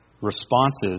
Responses